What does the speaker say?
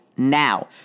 now